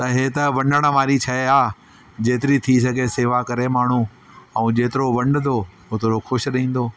त हे त वणण वारी शइ आहे जेतिरी थी सघे शेवा करे माण्हू ऐं जेतिरो वंडदो ओतिरो ख़ुशि रहंदो